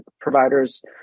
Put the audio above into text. providers